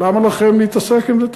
למה להם להתעסק עם זה?